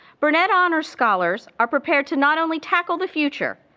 burnett honors scholars are prepared to not only tackle the future,